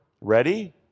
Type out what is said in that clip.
ready